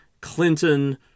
Clinton